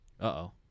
Uh-oh